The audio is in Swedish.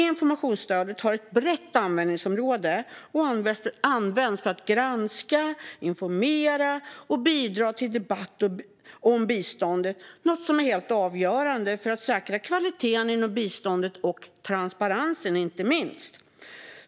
Informationsstödet har ett brett användningsområde och används för att granska, informera och bidra till debatt om biståndet, något som är helt avgörande för att säkra kvaliteten i biståndet och inte minst transparensen.